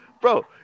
Bro